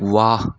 वाह